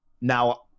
now